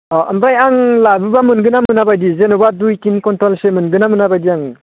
ओमफ्राय आं लाबोबा मोनगोन ना मोना बायदि जेन'बा दुइ थिन खनथलसो मोनगोन ना मोना बायदि आं